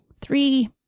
three